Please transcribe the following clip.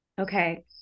Okay